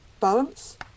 balance